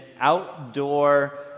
outdoor